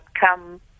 come